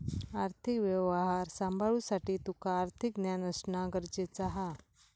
आर्थिक व्यवहार सांभाळुसाठी तुका आर्थिक ज्ञान असणा गरजेचा हा